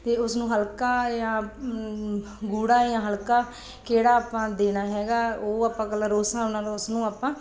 ਅਤੇ ਉਸ ਨੂੰ ਹਲਕਾ ਜਾਂ ਗੂੜਾ ਜਾਂ ਹਲਕਾ ਕਿਹੜਾ ਆਪਾਂ ਦੇਣਾ ਹੈਗਾ ਉਹ ਆਪਾਂ ਕਲਰ ਉਸ ਹਿਸਾਬ ਨਾਲ ਉਸ ਨੂੰ ਆਪਾਂ